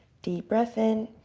deep breath in.